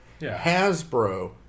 Hasbro